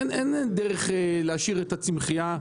אין דרך להשאיר את הצמחייה,